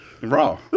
Raw